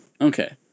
Okay